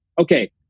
okay